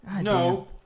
No